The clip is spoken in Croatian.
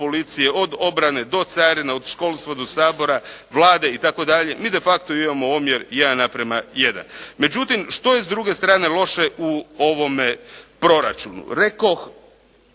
od obrane do carina, od školstva do Sabora, Vlade itd., mi de facto imamo omjer 1:1. Međutim, što je s druge strane loše u ovome proračunu?